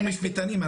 אנחנו משפטנים.